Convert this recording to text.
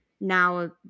now